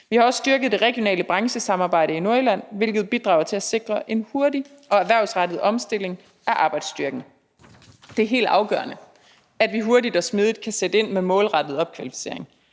Vi har også styrket det regionale branchesamarbejde i Nordjylland, hvilket bidrager til at sikre en hurtig og erhvervsrettet omstilling af arbejdsstyrken. Det er helt afgørende, at vi hurtigt og smidigt kan sætte ind med målrettet opkvalificering.